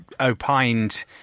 opined